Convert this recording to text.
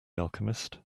alchemist